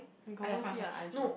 you confirm see her i_g